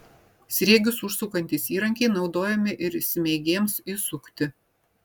sriegius užsukantys įrankiai naudojami ir smeigėms įsukti